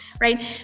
right